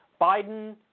Biden